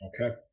Okay